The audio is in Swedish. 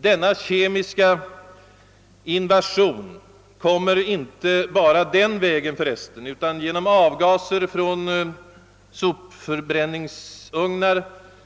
Den kemiska invasionen kommer inte bara genom dessa preparat utan även genom avgaser från t.ex. sopförbränningsugnar,